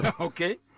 Okay